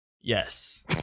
Yes